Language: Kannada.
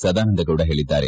ಸದಾನಂದ ಗೌಡ ಹೇಳಿದ್ದಾರೆ